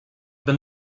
been